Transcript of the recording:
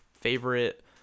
favorite